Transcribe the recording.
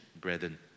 brethren